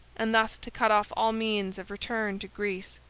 and thus to cut off all means of return to greece.